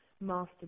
master